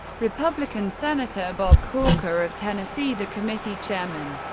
republican senator bob corker of tennessee, the committee chairman,